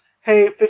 hey